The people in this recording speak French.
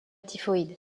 typhoïde